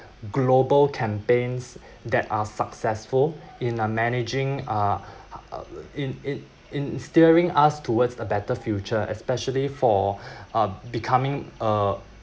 global campaigns that are successful in uh managing uh in in in steering us towards a better future especially for uh becoming a